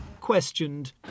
Questioned